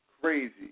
crazy